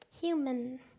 human